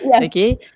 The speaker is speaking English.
okay